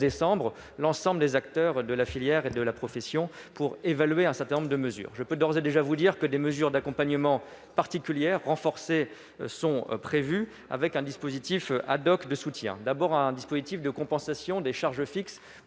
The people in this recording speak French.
l'ensemble des acteurs de la filière et de la profession, pour évaluer un certain nombre de mesures. Je puis d'ores et déjà vous dire que des mesures d'accompagnement particulières renforcées sont prévues, avec un dispositif de soutien. Je pense tout d'abord à un dispositif de compensation des charges fixes